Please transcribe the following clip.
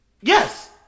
Yes